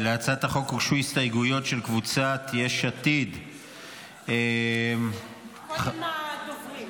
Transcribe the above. להצעת החוק הוגשו הסתייגויות של קבוצת סיעת יש עתיד -- קודם הדוברים,